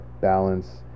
balance